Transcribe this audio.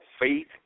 faith